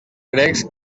grecs